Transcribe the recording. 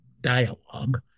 dialogue